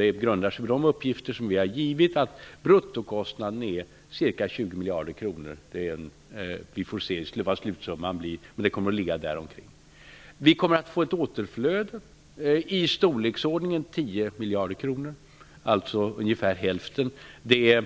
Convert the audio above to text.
Det grundas på de uppgifter som vi har givit, nämligen att bruttokostnaden är ca 20 miljarder kronor. Vi får se vad slutsumman blir. Men bruttokostnaden kommer att vara ungefär nämnda belopp. Vi kommer att få ett återflöde om i storleksordningen 10 miljarder kronor, alltså ungefär hälften av utgifterna. Det här